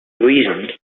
reason